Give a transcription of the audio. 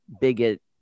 bigot